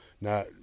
Now –